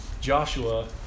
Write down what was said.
Joshua